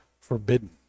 forbidden